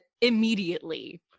immediately